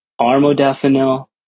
armodafinil